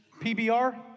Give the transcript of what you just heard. PBR